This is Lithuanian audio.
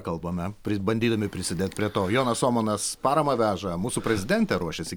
kalbame bandydami prisidėt prie to jonas ohmanas paramą veža mūsų prezidentė ruošiasi gi